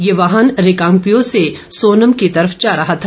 ये वाहन रिकांगपिओ से सोनम की तरफ जा रहा था